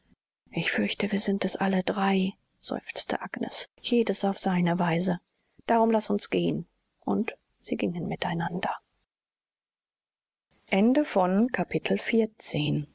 ich fürchte wir sind es alle drei seufzte agnes jedes auf seine weise darum laß uns gehen und sie gingen miteinander